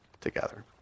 together